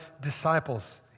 disciples